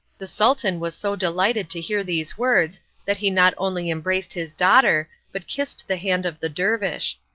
the sultan was so delighted to hear these words that he not only embraced his daughter, but kissed the hand of the dervish.